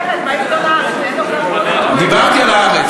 למה להרחיק